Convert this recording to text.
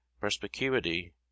perspicuity